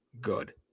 good